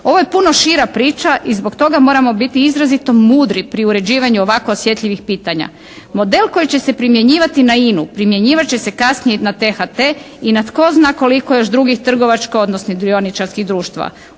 Ovo je puno šira priča i zbog toga moramo biti izrazito mudri pri uređivanju ovako osjetljivih pitanja. Model koji će se primjenjivati na INA-u primjenjivat će se kasnije na T-HT i na tko zna koliko još drugih trgovačkih odnosno dioničarskih društava.